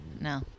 No